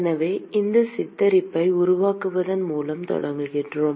எனவே இந்த சித்தரிப்பை உருவாக்குவதன் மூலம் தொடங்குகிறோம்